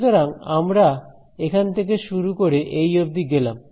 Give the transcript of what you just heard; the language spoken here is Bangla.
সুতরাং আমরা এখান থেকে শুরু করে এই অবধি গেলাম